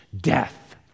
death